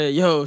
yo